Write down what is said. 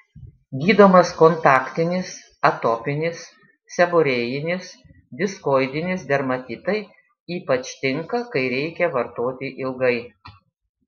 gydomas kontaktinis atopinis seborėjinis diskoidinis dermatitai ypač tinka kai reikia vartoti ilgai